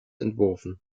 entworfen